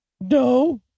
No